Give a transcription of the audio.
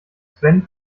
sven